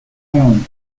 count